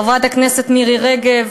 חברת הכנסת מירי רגב,